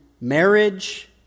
marriage